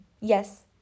yes